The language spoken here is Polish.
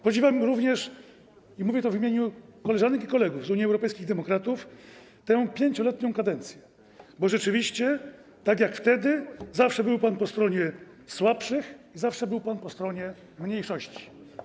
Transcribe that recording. Podziwiam również, i mówię to w imieniu koleżanek i kolegów z Unii Europejskich Demokratów, tę 5-letnią kadencję, bo rzeczywiście, tak jak wtedy, zawsze był pan po stronie słabszych i zawsze był pan po stronie mniejszości.